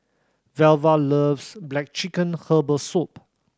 Velva loves black chicken herbal soup